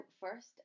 first